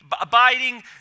abiding